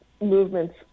movement's